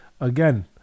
again